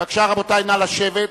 בבקשה, רבותי, נא לשבת,